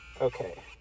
Okay